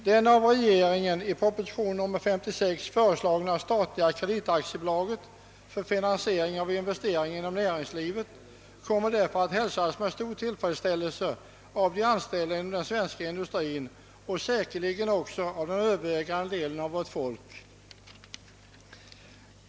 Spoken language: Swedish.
Det av regeringen i proposition nr 56 föreslagna statliga kreditaktiebolaget för finansiering av investeringar inom näringslivet kommer därför att hälsas med stor tillfredsställelse av de anställda inom den svenska industrin och säkerligen också av den övervägande delen av vårt folk.